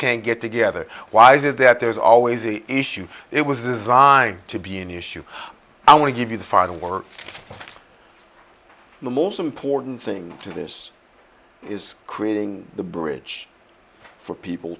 can't get together why is it that there's always the issue it was designed to be an issue i want to give you the fog of war the most important thing to this is creating the bridge for people